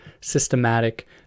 systematic